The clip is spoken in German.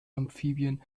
amphibien